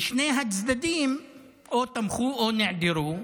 ושני הצדדים או תמכו או נעדרו.